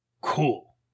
Cool